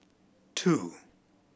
two